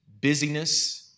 busyness